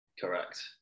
Correct